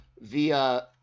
via